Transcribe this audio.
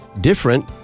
different